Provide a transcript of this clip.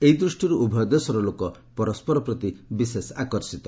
ଏହି ଦୃଷ୍ଟିରୁ ଉଭୟ ଦେଶର ଲୋକ ପରସ୍କର ପ୍ରତି ବିଶେଷ ଆକର୍ଷିତ